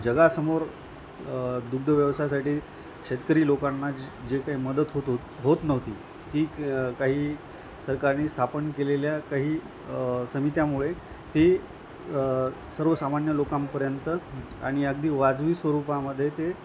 जगासमोर दुग्ध व्यवसायसाठी शेतकरी लोकांना जे काही मदत होत होत होत नव्हती ती काही सरकारने स्थापन केलेल्या काही समित्यामुळे ती सर्वसामान्य लोकांपर्यंत आणि अगदी वाजवी स्वरूपामध्ये ते